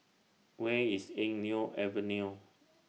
Where IS Eng Neo Avenue